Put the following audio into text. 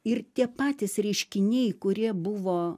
ir tie patys reiškiniai kurie buvo